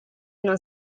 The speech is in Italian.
non